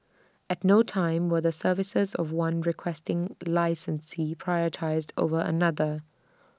at no time were the services of one Requesting Licensee prioritised over another